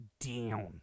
down